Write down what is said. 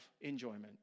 enjoyment